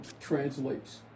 translates